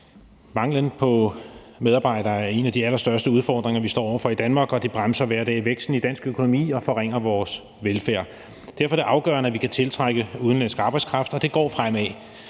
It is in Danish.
Manglen på medarbejdere er en af de allerstørste udfordringer, vi står over for i Danmark, og det bremser hver dag væksten i dansk økonomi og forringer vores velfærd. Derfor er det afgørende, at vi kan tiltrække udenlandsk arbejdskraft, og det går fremad.